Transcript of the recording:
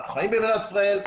אנחנו חיים במדינת ישראל.